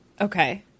Okay